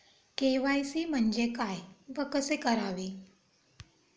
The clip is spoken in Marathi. के.वाय.सी म्हणजे काय व कसे करावे?